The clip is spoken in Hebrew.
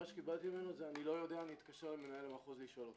ענה: לא יודע אתקשר למנהל המחוז, לשאול אותו.